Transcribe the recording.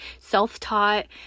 Self-taught